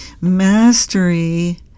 Mastery